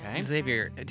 Xavier